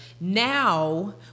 Now